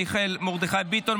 מיכאל מרדכי ביטון,